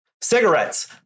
Cigarettes